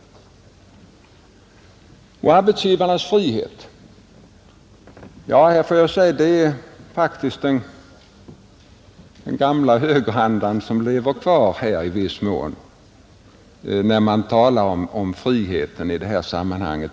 Beträffande talet om arbetsgivarnas frihet vill jag upprepa, att även detta tyder på att den gamla högerandan i viss mån lever kvar.